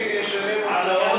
שקל ישלם הוצאות.